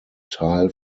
teil